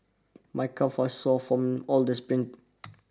my calves are sore from all the sprints